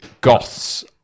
goths